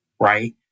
right